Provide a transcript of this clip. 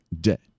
debt